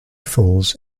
falls